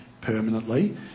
permanently